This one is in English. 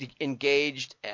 engaged